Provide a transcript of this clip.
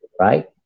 right